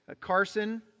Carson